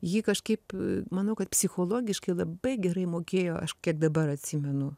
ji kažkaip manau kad psichologiškai labai gerai mokėjo aš kiek dabar atsimenu